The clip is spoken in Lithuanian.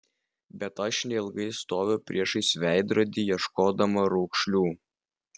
bet aš neilgai stoviu priešais veidrodį ieškodama raukšlių